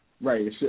Right